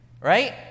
right